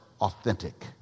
authentic